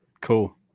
cool